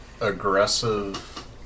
aggressive